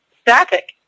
Static